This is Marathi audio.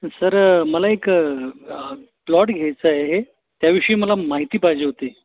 सर मला एक प्लॉट घ्यायचा आहे त्याविषयी मला माहिती पाहिजे होती